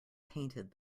painted